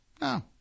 No